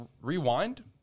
rewind